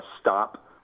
stop